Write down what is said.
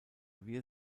wir